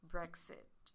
Brexit